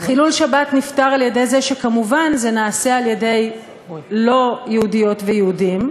חילול שבת נפתר על-ידי זה שכמובן זה נעשה על-ידי לא יהודיות ולא יהודים,